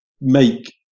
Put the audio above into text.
make